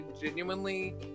genuinely